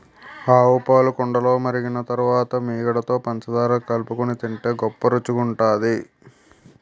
ఆవుపాలు కుండలో మరిగించిన తరువాత మీగడలో పంచదార కలుపుకొని తింటే గొప్ప రుచిగుంటది